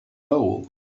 hole